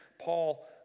Paul